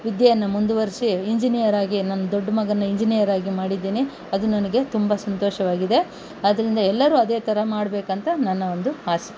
ವಿದ್ಯೆಯನ್ನು ಮುಂದುವರಿಸಿ ಇಂಜಿನೀಯರಾಗಿ ನನ್ನ ದೊಡ್ಡ ಮಗನ್ನ ಇಂಜಿನೀಯರಾಗಿ ಮಾಡಿದ್ದೀನಿ ಅದು ನನಗೆ ತುಂಬ ಸಂತೋಷವಾಗಿದೆ ಆದ್ದರಿಂದ ಎಲ್ಲರೂ ಅದೇ ಥರ ಮಾಡಬೇಕಂತ ನನ್ನ ಒಂದು ಆಸೆ